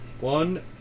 One